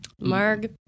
Marg